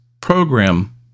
program